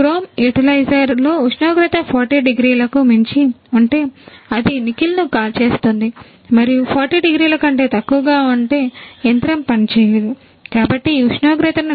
chrome utiliser